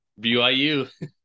BYU